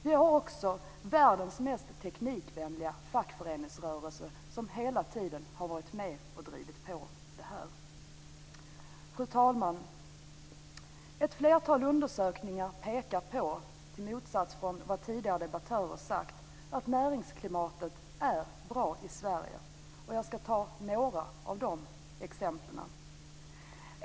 Vi har också världens mest teknikvänliga fackföreningsrörelse som hela tiden har varit med och drivit på det här. Fru talman! Ett flertal undersökningar pekar på - i motsats till det som tidigare debattörer har sagt - att näringsklimatet i Sverige är bra. Jag ska nämna några exempel.